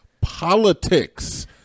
politics